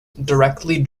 directly